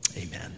amen